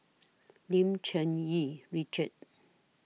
Lim Cherng Yih Richard